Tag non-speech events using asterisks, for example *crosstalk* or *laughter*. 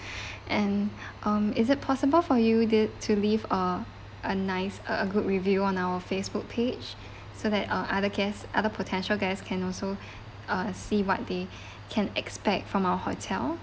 *breath* and um is it possible for you di~ to leave uh a nice a a good review on our facebook page so that uh other guests other potential guests can also uh see what they can expect from our hotel